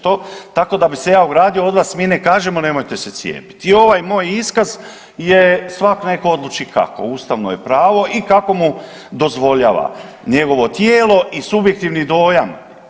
Tako da bi se ja ogradio od vas, mi ne kažemo nemojte se cijepiti i ovaj moj iskaz je svak nek odluči kako, ustavno je pravo i kako mu dozvoljava njegovo tijelo i subjektivni dojam.